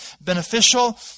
beneficial